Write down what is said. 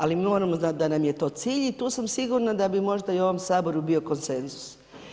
Ali, mi moramo znati da nam je to cilj i tu sam sigurna da bi možda i u ovom Saboru bio konsenzus.